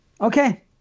Okay